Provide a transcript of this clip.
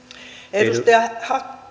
edustaja